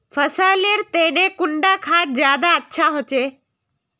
फसल लेर तने कुंडा खाद ज्यादा अच्छा होचे?